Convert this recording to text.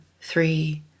three